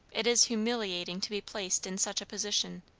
it is humiliating to be placed in such a position,